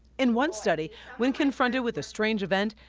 in one study when confronted with a strange event.